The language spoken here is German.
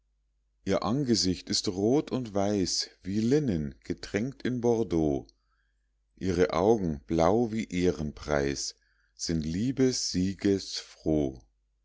ihr angesicht ist rot und weiß wie linnen getränkt in bordeaux ihre augen blau wie ehrenpreis sind